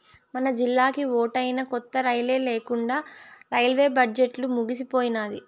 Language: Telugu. మనజిల్లాకి ఓటైనా కొత్త రైలే లేకండా రైల్వే బడ్జెట్లు ముగిసిపోయినాది